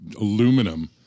aluminum